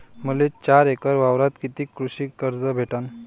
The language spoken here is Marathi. मले चार एकर वावरावर कितीक कृषी कर्ज भेटन?